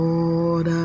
Lord